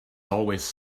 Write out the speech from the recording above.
always